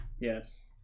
Yes